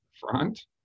front